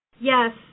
Yes